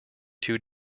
two